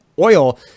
oil